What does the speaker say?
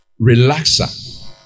relaxer